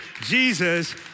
Jesus